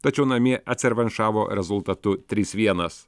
tačiau namie atsirevanšavo rezultatu trys vienas